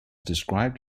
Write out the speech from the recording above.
described